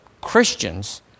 Christians